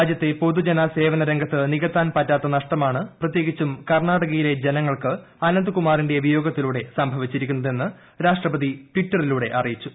രാജ്യത്തെ പൊതുജന സേവനരൂഗത്ത് നികത്താൻ പറ്റാത്ത നഷ്ടമാണ് പ്രത്യേകിച്ചും കൂർണാട്ട്കയിലെ ജനങ്ങൾക്ക് അനന്ത്കുമാറിന്റെ വിയോക്ത്തിലൂടെ സംഭവിച്ചിരിക്കുന്നതെന്ന് രാഷ്ട്രപതി ടിറ്ററിലൂട്ട് അ്റിയിച്ചു